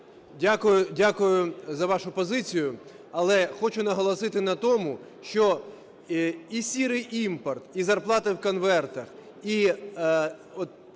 Дякую за вашу позицію. Але хочу наголосити на тому, що і "сірий" імпорт, і зарплата в конвертах, і